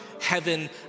heaven